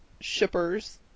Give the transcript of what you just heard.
shippers